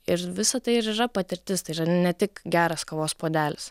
ir visa tai ir yra patirtis tai yra ne tik geras kavos puodelis